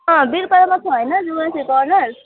अँ वीरपाडामा चाहिँ छ होइन ज्योग्राफीको अनर्स